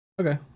Okay